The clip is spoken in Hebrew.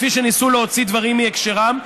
כפי שניסו להוציא דברים מהקשרם,